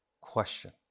question